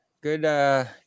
Good